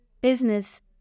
business